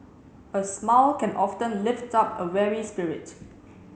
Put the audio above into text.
a smile can often lift up a weary spirit